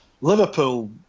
Liverpool